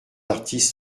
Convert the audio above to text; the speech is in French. artistes